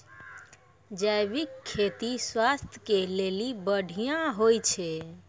जैविक खेती स्वास्थ्य के लेली बढ़िया होय छै